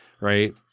right